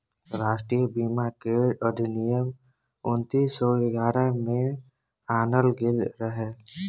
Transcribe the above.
राष्ट्रीय बीमा केर अधिनियम उन्नीस सौ ग्यारह में आनल गेल रहे